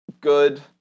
good